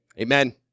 amen